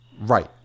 Right